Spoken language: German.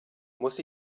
muss